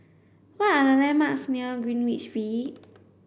what are the landmarks near Greenwich V